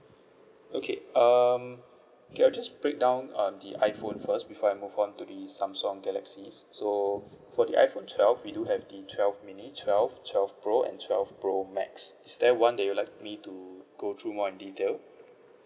okay um okay I'll just breakdown uh the iphone first before I move on to the samsung galaxy so for the iphone twelve we do have the twelve mini twelve twelve pro and twelve pro max is there one that you like me to to go through more and detailed